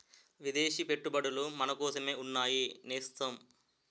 విదేశీ పెట్టుబడులు మనకోసమే ఉన్నాయి నేస్తం